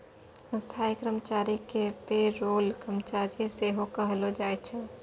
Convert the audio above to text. स्थायी कर्मचारी के पे रोल कर्मचारी सेहो कहलो जाय छै